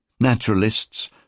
Naturalists